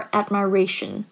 admiration